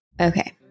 Okay